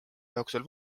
jooksul